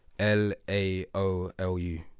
L-A-O-L-U